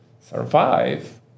survive